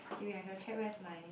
k wait I shall check where's my